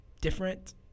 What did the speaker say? different